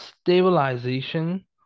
stabilization